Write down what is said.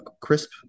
Crisp